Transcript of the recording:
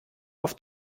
auf